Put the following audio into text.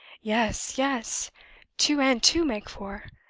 yes, yes two and two make four,